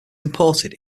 imported